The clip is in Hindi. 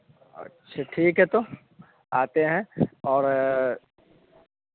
अच्छा ठीक है तो आते हैं और